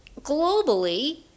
globally